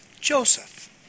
Joseph